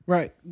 Right